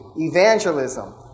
evangelism